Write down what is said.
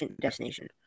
destination